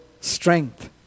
strength